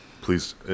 Please